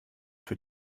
für